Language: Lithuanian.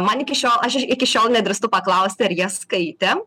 man iki šiol aš iki šiol nedrįstu paklausti ar jie skaitė